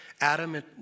Adam